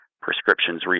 prescriptions